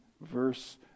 verse